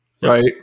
right